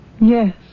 Yes